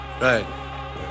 Right